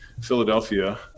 Philadelphia